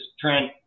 Trent